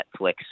Netflix